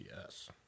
Yes